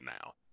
now